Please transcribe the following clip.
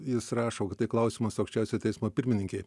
jis rašo kad tai klausimas aukščiausio teismo pirmininkei